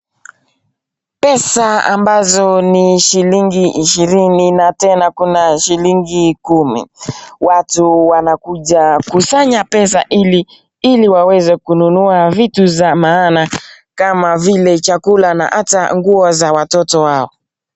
Pesa ambazo ni shilingi ishirini, na tena kuna shilingi kumi watu wanakuja kufanya pesa ili waweze kununua vitu za maana kama vile chakula na ata nguo za watoto wao.